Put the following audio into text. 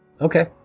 Okay